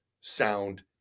sound